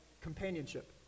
companionship